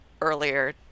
earlier